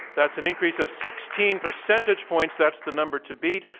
that's an increase of sixteen percentage points that's the number to beat.